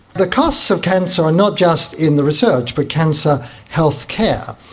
the costs of cancer are not just in the research but cancer healthcare.